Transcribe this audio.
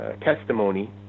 testimony